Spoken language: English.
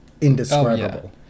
indescribable